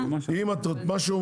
לא לבטל.